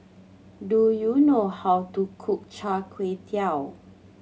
do you know how to cook Char Kway Teow